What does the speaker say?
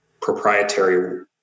proprietary